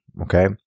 okay